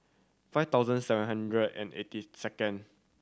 five thousand seven hundred and eighty second